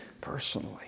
personally